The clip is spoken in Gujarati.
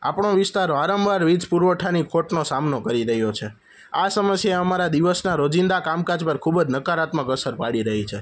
આપણો વિસ્તાર વારંવાર વીજ પુરવઠાની ખોટનો સામનો કરી રહ્યો છે આ સમસ્યા અમારા દિવસના રોજિંદા કામકાજમાં ખૂબ જ નકારાત્મક અસર પાડી રહી છે